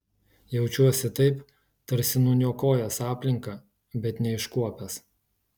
jaučiuosi taip tarsi nuniokojęs aplinką bet neiškuopęs